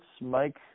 Mike